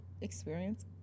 experience